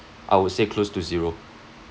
I would say close to zero